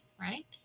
right